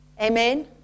Amen